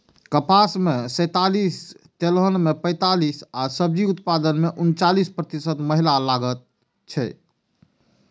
कपास मे सैंतालिस, तिलहन मे पैंतालिस आ सब्जी उत्पादन मे उनचालिस प्रतिशत महिला लागल छै